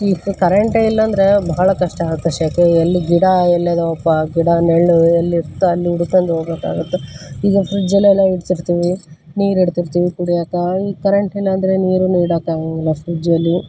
ಈ ಸೆ ಕರೆಂಟೇ ಇಲ್ಲ ಅಂದರೆ ಭಾಳ ಕಷ್ಟ ಆಗುತ್ತೆ ಶೆಕೆಗೆ ಎಲ್ಲಿ ಗಿಡ ಎಲ್ಲಿದವಪ್ಪಾ ಗಿಡ ನೆರಳು ಎಲ್ಲಿರತ್ತೋ ಅಲ್ಲಿ ಹುಡ್ಕೊಂದು ಹೋಗ್ಬೇಕಾಗುತ್ತೆ ಈಗ ಫ್ರಿಡ್ಜಲ್ಲೆಲ್ಲ ಇಡ್ತಿರ್ತೀವಿ ನೀರು ಇಡ್ತಿರ್ತೀವಿ ಕುಡಿಯಾಕ್ಕೆ ಈಗ ಕರೆಂಟಿಲ್ಲ ಅಂದರೆ ನೀರನ್ನು ಇಡಕ್ಕಾಗಂಗಿಲ್ಲ ಫ್ರಿಡ್ಜಲ್ಲಿ